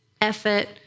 effort